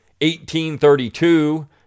1832